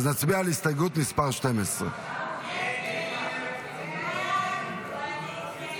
אז נצביע על הסתייגות מס' 12. הסתייגות 12 לא נתקבלה.